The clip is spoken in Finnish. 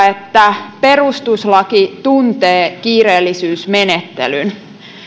että perustuslaki tuntee kiireellisyysmenettelyn